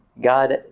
God